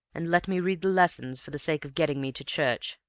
and let me read the lessons for the sake of getting me to church.